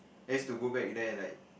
I used to go back there like